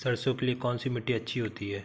सरसो के लिए कौन सी मिट्टी अच्छी होती है?